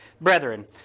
brethren